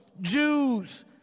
Jews